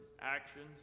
actions